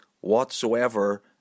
Whatsoever